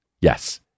yes